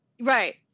Right